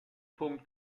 punkt